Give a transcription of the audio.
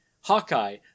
Hawkeye